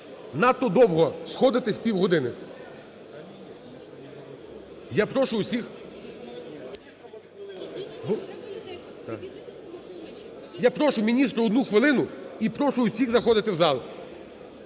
надто довго, сходитесь півгодини. Я прошу усіх… Я прошу міністру одну хвилину і прошу усіх заходити в зал.